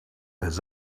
his